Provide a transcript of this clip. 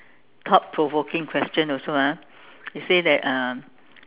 thought provoking question also ah it say that um